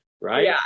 right